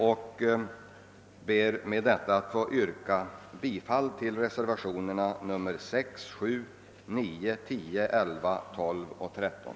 Jag ber med det sagda att få yrka bifall till reservationerna 6, 7, 9, 10, 11, 12 och 13.